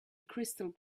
crystal